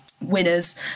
winners